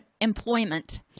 employment